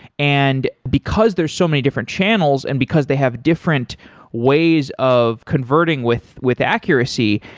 and because there's so many different channels and because they have different ways of converting with with accuracy,